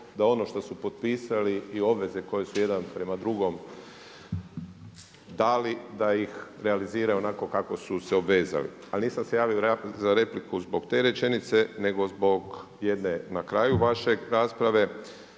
da ono što su potpisali i obveze koje su jedan prema drugom dali da ih realiziraju onako kako su se obvezali. Ali nisam se javio na repliku zbog te rečenice nego zbog jedne na kraju vaše rasprave